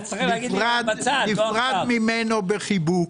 נפרד ממנו בחיבוק.